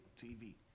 TV